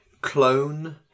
clone